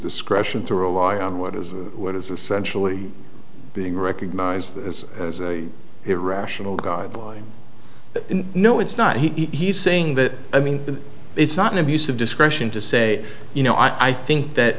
discretion to rely on what is what is essentially being recognized as irrational guideline no it's not he's saying that i mean it's not an abuse of discretion to say you know i think that